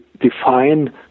define